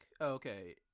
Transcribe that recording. okay